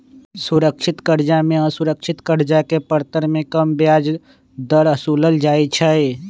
सुरक्षित करजा में असुरक्षित करजा के परतर में कम ब्याज दर असुलल जाइ छइ